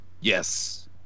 Yes